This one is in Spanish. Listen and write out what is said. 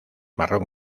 marrón